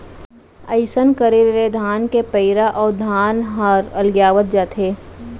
अइसन करे ले धान के पैरा अउ धान ह अलगियावत जाथे